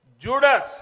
Judas